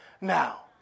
Now